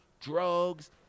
drugs